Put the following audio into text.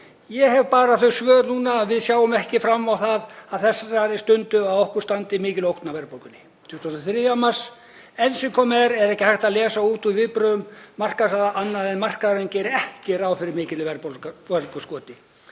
„Ég hef bara þau svör núna að við sjáum ekki fram á það á þessari stundu að okkur standi mikil ógn af verðbólgunni.“ 23. mars: „Enn sem komið er er ekki hægt að lesa út úr viðbrögðum markaðsaðila annað en að markaðurinn geri ekki ráð fyrir miklu verðbólguskoti.“